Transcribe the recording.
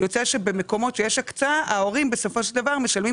יוצא שבמקומות שיש הקצאה ההורים בסופו של דבר משלמים